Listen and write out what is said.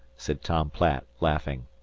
said tom platt, laughing.